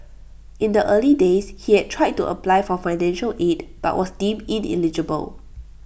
in the early days he had tried to apply for financial aid but was deemed ineligible